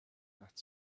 not